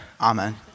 Amen